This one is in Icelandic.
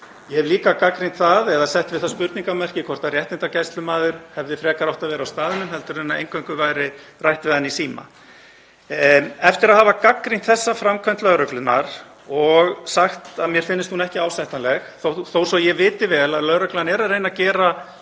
Ég hef líka gagnrýnt það eða sett við það spurningarmerki hvort réttindagæslumaður hefði frekar átt að vera á staðnum heldur en að eingöngu væri rætt við hann í síma. Eftir að hafa gagnrýnt þessa framkvæmd lögreglunnar og sagt að mér finnist hún ekki ásættanleg, þó svo að ég viti vel að lögreglan er að reyna að gera